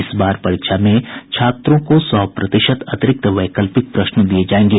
इस बार परीक्षा में छात्रों को सौ प्रतिशत अतिरिक्त वैकल्पिक प्रश्न दिये जायेंगे